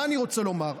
מה אני רוצה לומר?